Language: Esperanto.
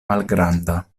malgranda